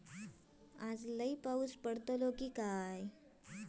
आज लय पाऊस पडतलो हा काय?